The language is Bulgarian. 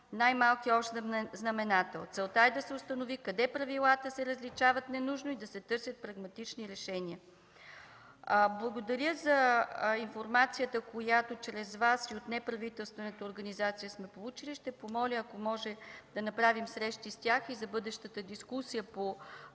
най-малкия общ знаменател. Целта е да се установи къде правилата се различават ненужно и да се търсят прагматични решения. Благодаря за информацията, която чрез Вас – от неправителствената организация сме получили. Ще помоля, ако може да направим среща с тях и за бъдещата дискусия по